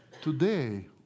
Today